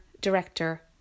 director